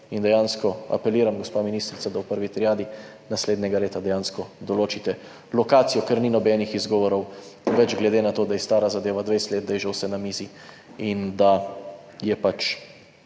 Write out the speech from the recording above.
in dejansko apeliram, gospa ministrica, da v prvi triadi naslednjega leta dejansko določite lokacijo, ker ni nobenih izgovorov več, glede na to, da je zadeva stara 20 let, da je že vse na mizi in da je jasno,